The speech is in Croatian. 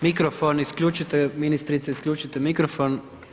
Mikrofon, isključite, ministrice isključite mikrofon.